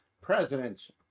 president's